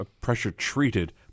pressure-treated